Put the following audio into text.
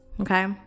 Okay